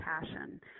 passion